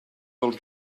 dels